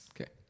Okay